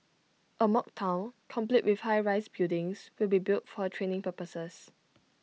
A mock Town complete with high rise buildings will be built for training purposes